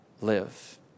live